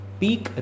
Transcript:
peak